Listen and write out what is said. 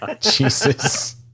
Jesus